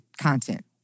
content